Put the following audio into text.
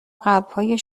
قلبهای